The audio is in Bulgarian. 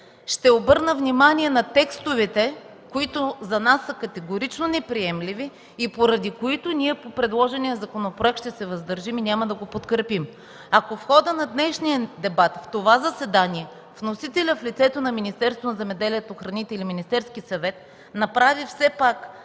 ще обърна внимание на текстовете, които за нас са категорично неприемливи, и поради които ще се въздържим по предложения законопроект и няма да го подкрепим. Ако в хода на днешния дебат в това заседание, вносителят в лицето на Министерството на земеделието и храните или Министерския съвет предложи